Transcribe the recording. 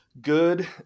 good